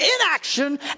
inaction